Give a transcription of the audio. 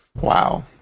Wow